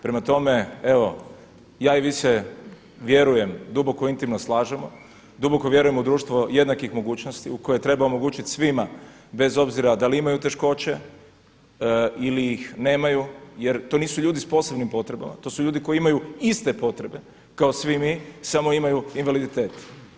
Prema tome, evo ja i vi ste vjerujem duboko intimno slažemo, duboko vjerujem u društvo jednakih mogućnosti u koje treba omogućit svima bez obzira da li imaju teškoće ili ih nemaju jer to nisu ljudi s posebnim potrebama, to su ljudi koji imaju iste potrebe kao svi mi samo imaju invaliditet.